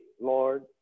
Lord